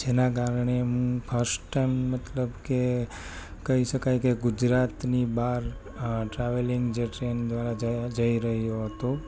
જેના કારણે first time મતલબ કે કહી શકાય કે ગુજરાતની બહાર ટ્રાવેલિંગ જે ટ્રેન દ્વારા જઈ રહ્યો હતો